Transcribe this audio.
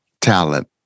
talent